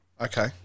Okay